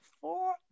four